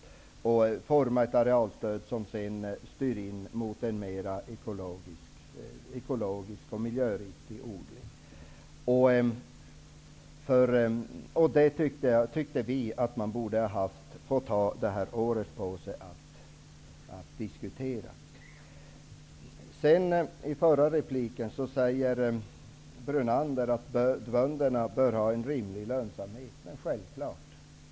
Vi borde utforma ett arealstöd som styr mot en mer ekologisk och miljöriktig odling, och enligt vår uppfattning borde vi tagit detta år på oss för att diskutera. I sin förra replik sade Lennart Brunander att bönderna bör ha en rimlig lönsamhet. Det är självklart.